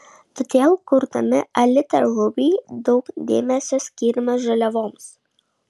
todėl kurdami alita ruby daug dėmesio skyrėme žaliavoms